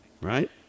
Right